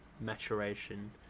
maturation